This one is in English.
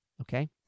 okay